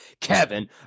kevin